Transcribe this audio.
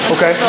Okay